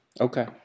Okay